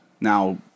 Now